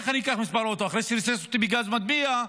איך אני אקח מספר אוטו אחרי שריסס אותי בגז מדמיע?